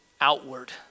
outward